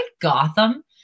Gotham